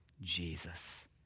Jesus